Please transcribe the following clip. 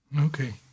Okay